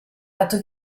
dato